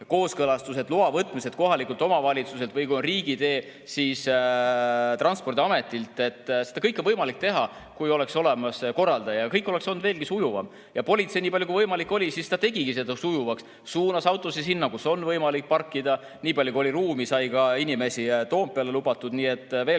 kooskõlastused, loa võtmine kohalikult omavalitsuselt, või kui on riigitee, siis Transpordiametilt. Seda kõike on võimalik teha, kui on olemas korraldaja. Kõik oleks siis olnud sujuvam. Politsei nii palju, kui võimalik oli, tegigi seda sujuvaks, suunas autosid sinna, kus on võimalik parkida. Niipalju kui oli ruumi, sai ka inimesi Toompeale lubatud. Nii et veel